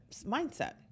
mindset